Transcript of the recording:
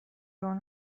اون